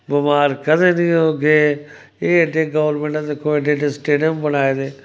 बिमार कदें नीं होगे एह् गोरमैंट नै दिक्खो एड़्ड़े एड़्ड़े स्टेजिड़म बनाए दे